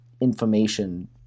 information